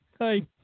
hi